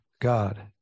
God